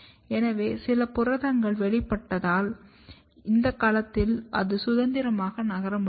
எனவே சில புரதங்கள் வெளிப்படுத்தப்பட்டால் இந்த களத்தில் அது சுதந்திரமாக நகர முடியாது